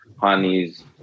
honeys